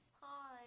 Hi